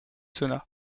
sonna